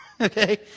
okay